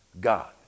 God